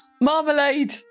Marmalade